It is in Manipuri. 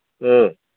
ꯎꯝ